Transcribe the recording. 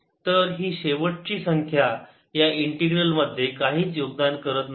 तर ही शेवटची संख्या या इंटिग्रल मध्ये काहीच योगदान करत नाही